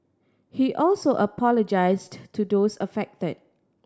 he also apologised to those affected